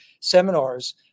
seminars